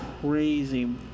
crazy